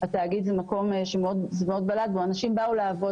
בתאגיד זה מאוד בלט בסופו של דבר אנשים מבוגרים באים לעבוד,